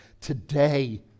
Today